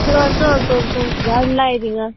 चल चल तर तूं झाड लाय तिंगा